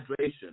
hydration